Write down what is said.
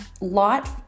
lot